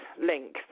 link